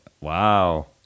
Wow